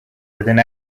within